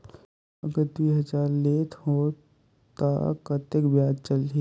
अगर दुई हजार लेत हो ता कतेक ब्याज चलही?